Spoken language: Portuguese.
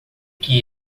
que